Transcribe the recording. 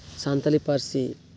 ᱥᱟᱱᱛᱟᱞᱤ ᱯᱟᱹᱨᱥᱤ